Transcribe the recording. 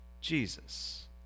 Jesus